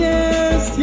Yes